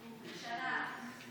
בשנה.